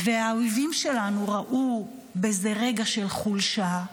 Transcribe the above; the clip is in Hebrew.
והאויבים שלנו ראו בזה רגע של חולשה,